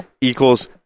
equals